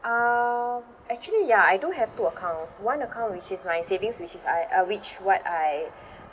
um actually ya I do have two accounts one account which is my savings which is I uh which what I